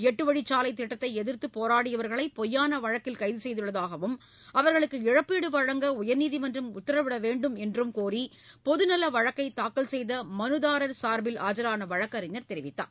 எட்டு வழிச்சாலை திட்டத்தை எதிர்த்து போராடியவர்களை பொய்யான வழக்கில் கைது செய்துள்ளதாகவும் அவர்களுக்கு இழப்பீடு வழங்க உயர்நீதிமன்றம் உத்தரவிட வேண்டும் என்றும் கோரி பொதுநல வழக்கை தாக்கல் செய்த மனுதாரர் சார்பில் ஆஜரான வழக்கறிஞர் தெரிவித்தார்